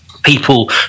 people